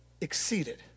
exceeded